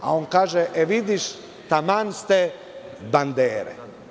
A, on kaže – e vidiš, taman ste bandere.